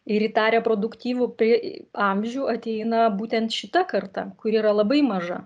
ir į tą reproduktyvų p amžių ateina būtent šita karta kuri yra labai maža